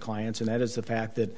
clients and that is the fact that